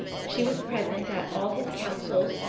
she was present at all his councils,